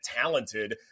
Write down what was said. talented